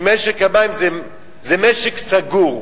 כי משק המים זה משק סגור.